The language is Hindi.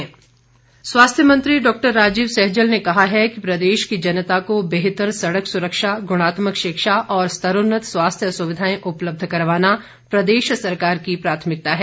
सैजल स्वास्थ्य मंत्री डॉक्टर राजीव सैजल ने कहा है कि प्रदेश की जनता को बेहतर सड़क सुरक्षा गुणात्मक शिक्षा और स्तरोन्नत स्वास्थ्य सुविधाएं उपलब्ध करवाना प्रदेश सरकार की प्रथामिकता है